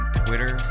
twitter